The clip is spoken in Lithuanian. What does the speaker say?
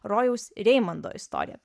rojaus reimondo istorija